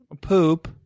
Poop